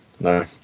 No